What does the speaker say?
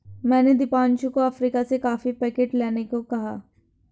मैंने दीपांशु को अफ्रीका से कॉफी पैकेट लाने को कहा है